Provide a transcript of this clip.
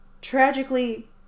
tragically